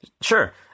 Sure